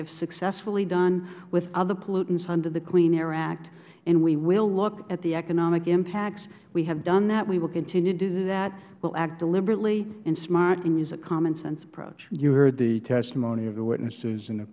have successfully done with other pollutants under the clean air act and we will look at the economic impacts we have done that we will continue to do that we will act deliberately and smart and use a common sense approach mister kucinich you heard the testimony of the